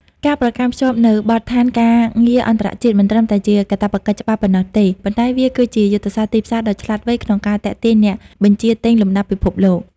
ការប្រកាន់ខ្ជាប់នូវបទដ្ឋានការងារអន្តរជាតិ មិនត្រឹមតែជាកាតព្វកិច្ចច្បាប់ប៉ុណ្ណោះទេ ប៉ុន្តែវាគឺជាយុទ្ធសាស្ត្រទីផ្សារដ៏ឆ្លាតវៃក្នុងការទាក់ទាញអ្នកបញ្ជាទិញលំដាប់ពិភពលោក។